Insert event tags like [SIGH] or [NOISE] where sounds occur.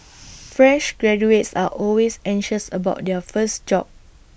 [NOISE] fresh graduates are always anxious about their first job